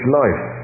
life